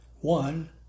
one